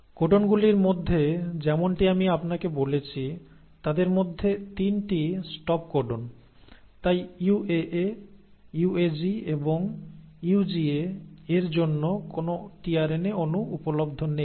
কোডনগুলির মধ্যে যেমনটি আমি আপনাকে বলেছি তাদের মধ্যে 3 টি স্টপ কোডন তাই UAA UAG এবং UGA এর জন্য কোন টিআরএনএ অণু উপলব্ধ নেই